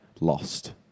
lost